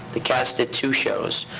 the cast did two shows,